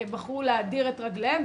בחרו להדיר את רגליהם,